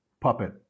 puppet